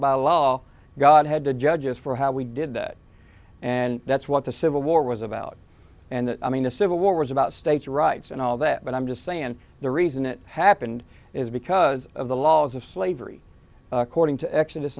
a law god had to judges for how we did that and that's what the civil war was about and i mean the civil war was about states rights and all that but i'm just saying the reason it happened is because of the laws of slavery according to exodus